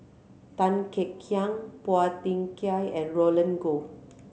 Tan Kek Hiang Phua Thin Kiay and Roland Goh